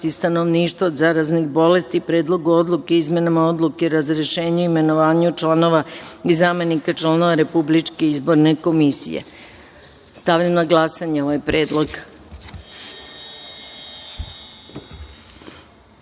stanovništva od zaraznih bolesti; Predlogu odluke o izmenama Odluke o razrešenju i imenovanju članova i zamenika članova Republičke izborne komisije. Stavljam na glasanje ovaj